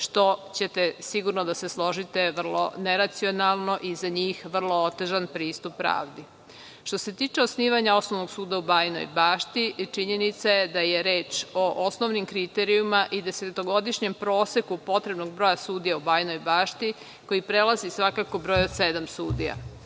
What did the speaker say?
što je, sigurno ćete se složiti, vrlo neracionalno i za njih je to vrlo otežan pristup pravdi. Što se tiče osnivanja Osnovnog suda u Bajinoj Bašti, činjenica je da je reč o osnovnim kriterijumima i desetogodišnjem proseku potrebnog broja sudija u Bajinoj Bašti, koji prelazi svakako broj od sedam sudija.